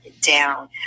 down